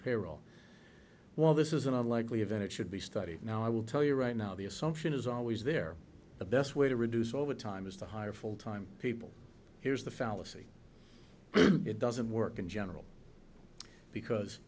payroll while this is an unlikely event it should be studied now i will tell you right now the assumption is always there the best way to reduce over time is to hire full time people here's the fallacy it doesn't work in general because